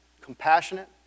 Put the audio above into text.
compassionate